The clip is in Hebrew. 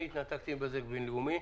אני התנתקתי מבזק בין-לאומי.